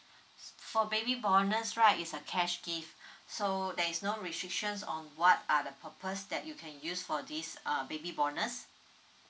for baby bonus right is a cash gift so there's no restrictions on what are the purpose that you can use for this uh baby bonus